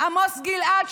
עמוס גלעד,